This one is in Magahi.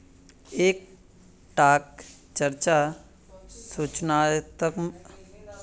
एक टाक चर्चा सूचनात्मक या फेर मूल्य दक्षता कहाल जा छे